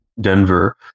Denver